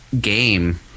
game